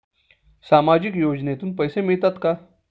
सामाजिक योजनेतून पैसे मिळतात का?